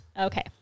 Okay